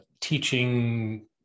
teaching